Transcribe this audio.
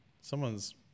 Someone's